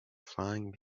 flying